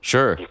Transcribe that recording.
Sure